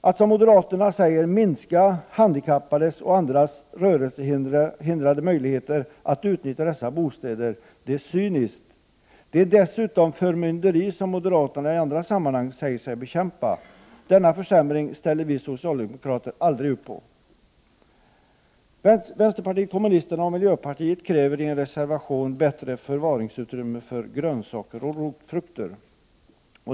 Att, som moderaterna säger, minska handikappades och andra rörelsehindrades möjligheter att utnyttja dessa bostäder är cyniskt. Det är dessutom förmynderi, något som moderaterna i andra sammanhang säger sig bekämpa. Denna försämring ställer vi socialdemokrater aldrig upp på. Vänsterpartiet kommunisterna och miljöpartiet kräver i en reservation bättre förvaringsutrymmen för grönsaker och rotfrukter.